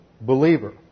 believer